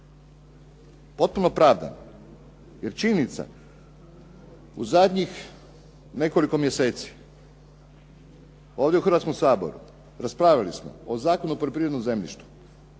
potpuno opravdano. Jer činjenica je, u zadnjih nekoliko mjeseci ovdje u Hrvatskom saboru raspravili smo o Zakonu o poljoprivrednom zemljištu,